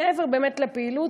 מעבר לפעילות,